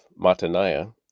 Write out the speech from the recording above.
Mataniah